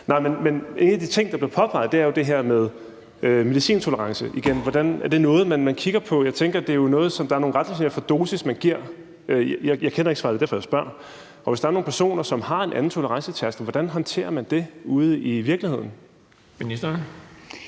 En af de ting, der bliver påpeget, er jo det her med medicintolerance. Er det noget, man kigger på? Der er nogle retningslinjer for den dosis, man giver – jeg kender ikke svaret, det er derfor, jeg spørger – og hvis der er nogle personer, som har en anden tolerancetærskel, hvordan håndterer man så det ude i virkeligheden?